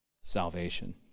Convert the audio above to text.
salvation